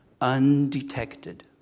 undetected